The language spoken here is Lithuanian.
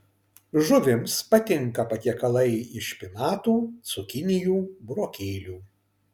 žuvims patinka patiekalai iš špinatų cukinijų burokėlių